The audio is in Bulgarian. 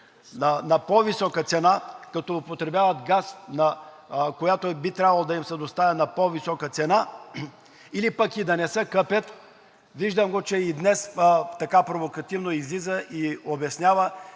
на по-висока цена, като употребяват газ, който би трябвало да им се достави на по-висока цена или пък да не се къпят, виждам го, че и днес така провокативно излиза и обяснява